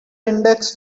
index